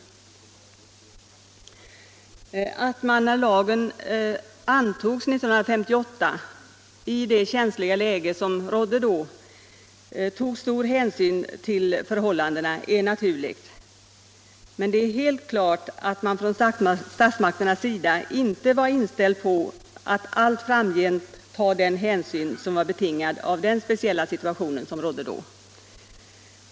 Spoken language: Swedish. Att man när lagen infördes 1958 tog stor hänsyn till det känsliga läget vid den tidpunkten är naturligt, men det är helt klart att man från statsmakternas sida inte var inställd på att allt framgent ta den hänsyn som var betingad av den speciella situation som då rådde.